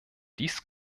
dies